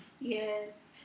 Yes